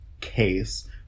case